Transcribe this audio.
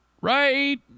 right